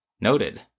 Noted